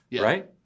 Right